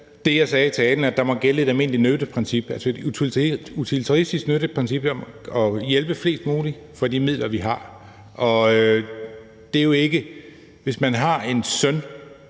det, jeg sagde i talen, nemlig at der må gælde et almindeligt nytteprincip, altså et utilitaristisk nytteprincip om at hjælpe flest muligt for de midler, vi har. Hvis man har en søn